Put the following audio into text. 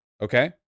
Okay